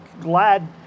glad